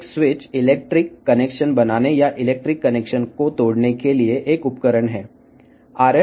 switch అంటే విద్యుత్ connection చేయడానికి లేదా విద్యుత్ కనెక్షన్ను విచ్ఛిన్నం చేయడానికి ఉపయోగించే ఒక పరికరం